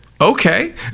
okay